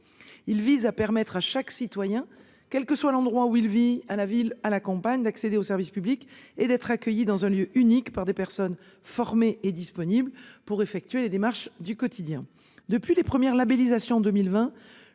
Il vise à permettre à chaque citoyen, quelle que soit l'endroit où il vit à la ville à la campagne d'accéder au service public et d'être accueillis dans un lieu unique par des personnes formées et disponible pour effectuer les démarches du quotidien depuis les premières labellisations 2020.